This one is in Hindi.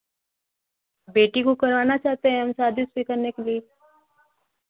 बेटी को करवाना चाहते हैं हम शादी उसकी करने के लिए